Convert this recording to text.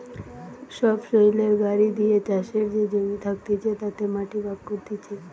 সবসৈলের গাড়ি দিয়ে চাষের যে জমি থাকতিছে তাতে মাটি ভাগ করতিছে